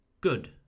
good